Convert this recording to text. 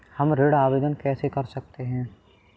हम ऋण आवेदन कैसे कर सकते हैं?